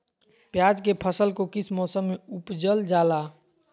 प्याज के फसल को किस मौसम में उपजल जाला?